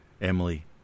Emily